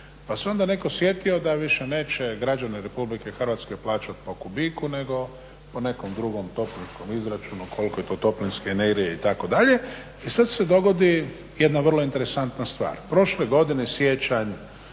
pa se onda netko sjetio da više neće građani RH plaćati po kubiku nego po nekom drugom toplinskom izračunu koliko je to toplinske energije itd. i sada se dogodi jedna vrlo interesantna stvar. Prošle godine siječanj,